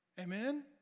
Amen